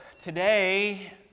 Today